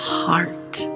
heart